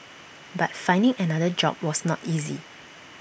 but finding another job was not easy